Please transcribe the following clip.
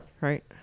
right